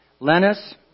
Lennis